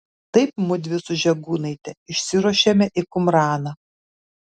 taip mudvi su žegūnaite išsiruošėme į kumraną